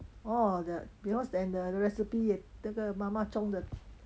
orh the because and the recipe 也这个妈妈 chong 的